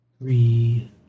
three